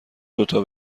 دوتا